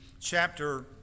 chapter